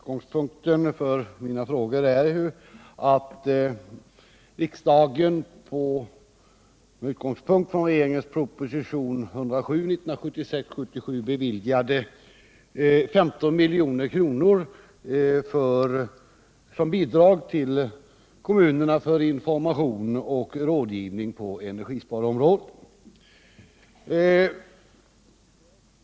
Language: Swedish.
Bakgrunden till dessa är att riksdagen med utgångspunkt i regeringens proposition 1976/77:107 beviljade 15 milj.kr. för bidrag till kommunerna för information och rådgivning på energisparområdet.